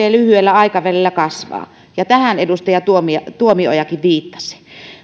lyhyellä aikavälillä kasvaa ja tähän edustaja tuomiojakin viittasi